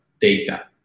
data